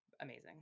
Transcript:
amazing